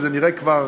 וזה נראה כבר,